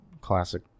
classic